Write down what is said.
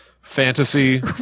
fantasy